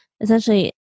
essentially